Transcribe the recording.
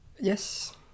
Yes